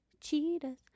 Cheetahs